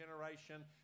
generation